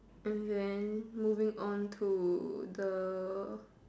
and then moving on to the